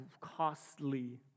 costly